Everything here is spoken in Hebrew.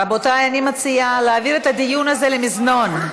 רבותיי, אני מציעה להעביר את הדיון הזה למזנון.